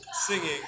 Singing